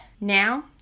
now